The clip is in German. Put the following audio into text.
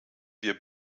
wir